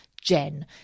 Jen